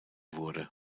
wurde